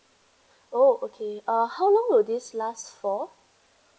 oh okay uh how long will this last for